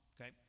Okay